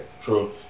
true